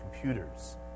computers